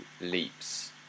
leaps